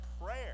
prayer